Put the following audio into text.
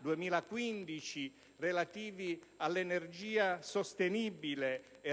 2015", relativi all'energia sostenibile e